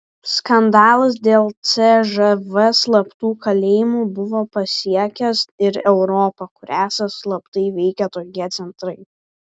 skandalas dėl cžv slaptų kalėjimų buvo pasiekęs ir europą kur esą slaptai veikė tokie centrai